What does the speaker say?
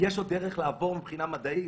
יש עוד דרך לעבור מבחינה מדעית,